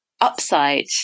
upside